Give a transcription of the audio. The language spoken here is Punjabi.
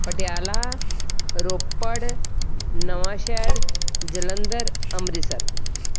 ਪਟਿਆਲਾ ਰੋਪੜ ਨਵਾਂ ਸ਼ਹਿਰ ਜਲੰਧਰ ਅੰਮ੍ਰਿਤਸਰ